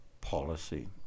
policy